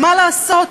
מה לעשות,